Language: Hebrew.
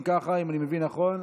אם אני מבין נכון,